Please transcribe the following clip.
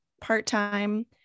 part-time